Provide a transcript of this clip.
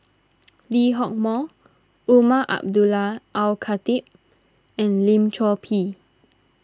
Lee Hock Moh Umar Abdullah Al Khatib and Lim Chor Pee